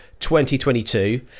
2022